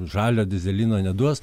žalio dyzelino neduos